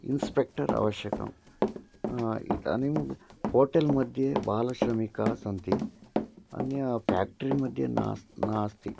inspector आवश्यकम् इदानीं hotel मध्ये बालश्रमिकाः सन्ति अन्यत् फ़ेक्ट्रि मध्ये नास्ति नास्ति